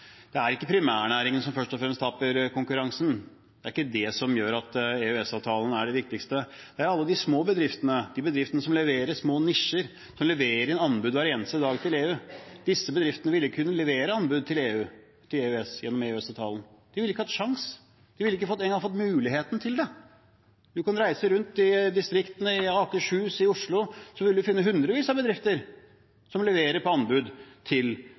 Det er ikke primærnæringen som først og fremst taper konkurransen, det er ikke det som gjør at EØS-avtalen er det viktigste; det er alle de små bedriftene, de bedriftene som leverer små nisjer, som leverer inn anbud hver eneste dag til EU. Disse bedriftene ville ikke kunne levere anbud til EU/EØS-landene uten gjennom EØS-avtalen. De ville ikke hatt en sjanse, de ville ikke engang fått muligheten til det. Du kan reise rundt i distriktene eller i Akershus og i Oslo, så vil du finne hundrevis av bedrifter som leverer på anbud til